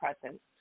presence